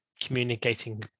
communicating